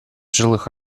жилых